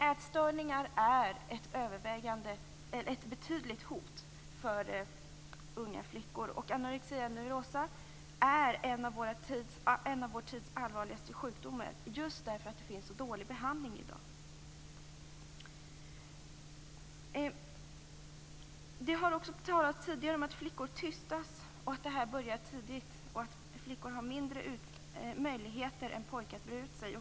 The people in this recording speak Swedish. Ätstörningar är ett betydligt hot för unga flickor. Anorexia nervosa är en av vår tids allvarligaste sjukdomar just därför att det finns så dålig behandling i dag. Det har tidigare talats om att flickor tystas, att det börjar tidigt och att flickor har mindre möjligheter än pojkar att breda ut sig.